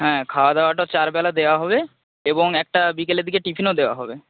হ্যাঁ খাওয়া দাওয়াটা চার বেলা দেওয়া হবে এবং একটা বিকেলের দিকে টিফিনও দেওয়া হবে